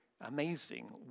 amazing